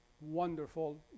wonderful